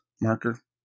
marker